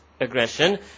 aggression